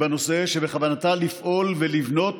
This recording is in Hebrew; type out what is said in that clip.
שלפיה בכוונתה לפעול ולבנות